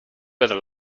better